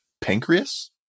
pancreas